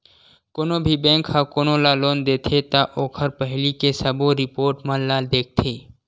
कोनो भी बेंक ह कोनो ल लोन देथे त ओखर पहिली के सबो रिपोट मन ल देखथे